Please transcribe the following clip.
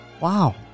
Wow